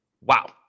Wow